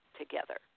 together